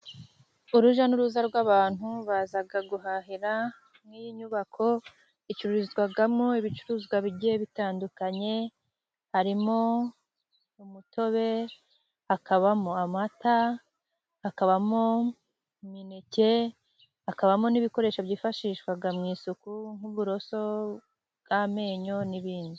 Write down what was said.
Urujya n'uruza rw'abantu baza guhahira muri iyi nyubako icururizwagamo ibicuruzwa bigiye bitandukanye harimo: umutobe, akabamo amata, akabamo imineke, akabamo n'ibikoresho byifashishwaga mu isuku nk'uburoso bw'amenyo, n'ibindi.